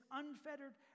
unfettered